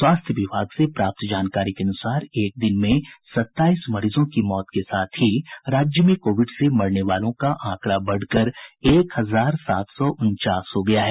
स्वास्थ्य विभाग से प्राप्त जानकारी के अनुसार एक दिन में सत्ताईस मरीजों की मौत के साथ ही राज्य में कोविड से मरने वालों का आंकड़ा बढ़कर एक हजार सात सौ उनचास हो गया है